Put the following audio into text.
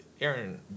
Aaron